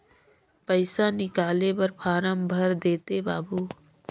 पइसा निकाले बर फारम भर देते बाबु?